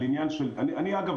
אגב,